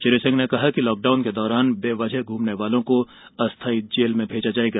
श्री सिंह ने कहा कि लॉकडाउन के दौरान बेवजह घूमने वालों को अस्थायी जेल में भेजा जाएगा